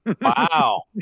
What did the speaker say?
Wow